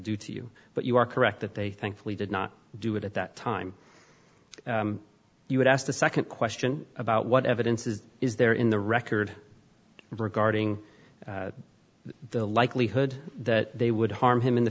do to you but you are correct that they thankfully did not do it at that time you would ask the second question about what evidence is is there in the record regarding the likelihood that they would harm him in the